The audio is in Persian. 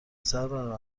سرور